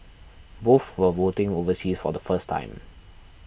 both were voting overseas for the first time